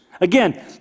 Again